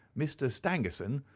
mr. stangerson,